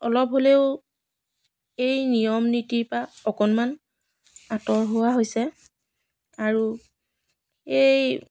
অলপ হ'লেও এই নিয়ম নীতি পৰা অকণমান আঁতৰ হোৱা হৈছে আৰু এই